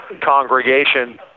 congregation